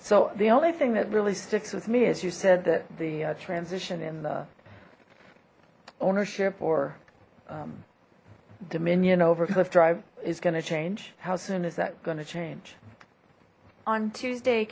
so the only thing that really sticks with me as you said that the transition in the ownership or dominion over cliff drive is going to change how soon is that going to change on tuesday